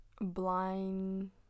Blind